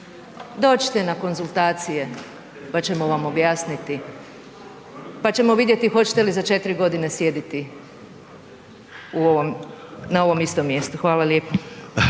dođite na konzultacije, pa ćemo vam objasniti, pa ćemo vidjeti hoćete li za 4.g. sjediti u ovom, na ovom istom mjestu. Hvala lijepo.